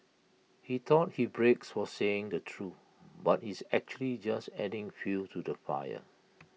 he thought he breaks for saying the truth but he's actually just adding fuel to the fire